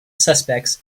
suspects